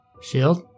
Shield